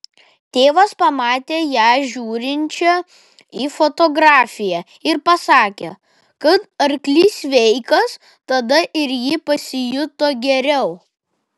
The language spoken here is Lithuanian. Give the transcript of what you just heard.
tėvas pamatė ją žiūrinčią į fotografiją ir pasakė kad arklys sveikas tada ir ji pasijuto geriau